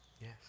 Yes